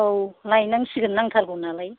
औ लायनांसिगोन नांथारगौ नालाय